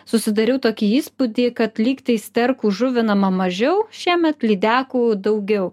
susidariau tokį įspūdį kad lyg tai sterkų žuvinama mažiau šiemet lydekų daugiau